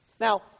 Now